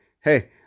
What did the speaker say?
hey